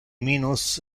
minus